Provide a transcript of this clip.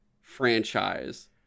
franchise